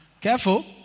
Careful